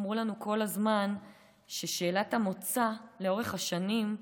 אמרו לנו כל הזמן ששאלת המוצא לאורך השנים,